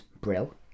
brill